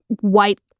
white